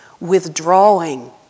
withdrawing